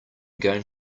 going